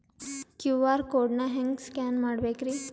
QR code ನಾ ಹೆಂಗ scan ಮಾಡಬೇಕ್ರಿ?